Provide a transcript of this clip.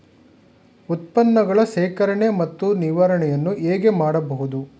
ಉತ್ಪನ್ನಗಳ ಶೇಖರಣೆ ಮತ್ತು ನಿವಾರಣೆಯನ್ನು ಹೇಗೆ ಮಾಡಬಹುದು?